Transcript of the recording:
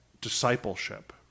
discipleship